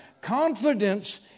confidence